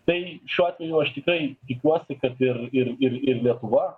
tai šiuo atveju aš tikrai tikuosi kad ir ir ir ir lietuva